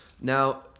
Now